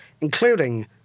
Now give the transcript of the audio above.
including